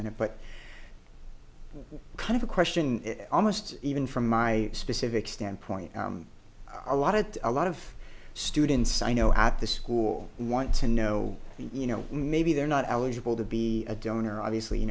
minute but well kind of a question almost even from my specific standpoint a lot of a lot of students i know at the school want to know you know maybe they're not eligible to be a donor obviously you